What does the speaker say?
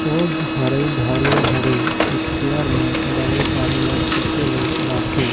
सोझ हरई धरे धरे इस्पेयर मे दवई पानी ल छीचे ले रहथे,